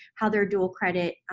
how they're dual credit,